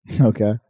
Okay